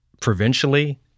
provincially